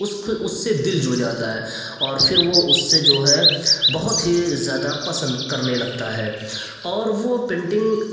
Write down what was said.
اس کو اس سے دل جڑ جاتا ہے اور پھر وہ اس سے جو ہے بہت ہی زیادہ پسند کرنے لگتا ہے اور وہ پینٹنگ